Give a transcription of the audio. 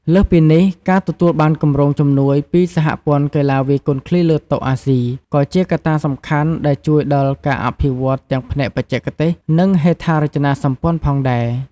លើសពីនេះ ការទទួលបានគម្រោងជំនួយពីសហព័ន្ធកីឡាវាយកូនឃ្លីលើតុអាស៊ី ក៏ជាកត្តាសំខាន់ដែលជួយដល់ការអភិវឌ្ឍន៍ទាំងផ្នែកបច្ចេកទេស និងហេដ្ឋារចនាសម្ព័ន្ធផងដែរ។